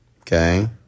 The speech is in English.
Okay